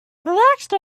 relaxed